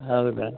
ಹೌದಾ